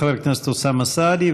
חבר הכנסת אוסאמה סעדי,